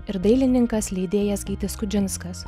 ir dailininkas leidėjas gytis skudžinskas